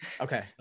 Okay